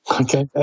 okay